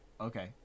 Okay